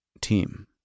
team